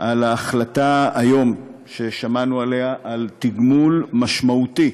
על ההחלטה ששמענו עליה היום, על תגמול משמעותי